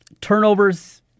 turnovers